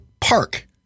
park